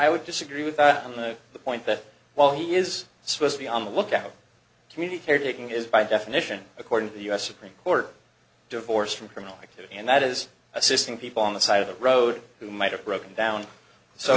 i would disagree with that and know the point that while he is supposed to be on the lookout communicating is by definition according to the u s supreme court divorced from criminal activity and that is assisting people on the side of the road who might have broken down so